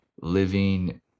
living